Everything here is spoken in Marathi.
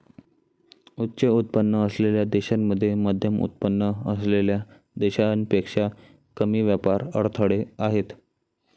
उच्च उत्पन्न असलेल्या देशांमध्ये मध्यमउत्पन्न असलेल्या देशांपेक्षा कमी व्यापार अडथळे आहेत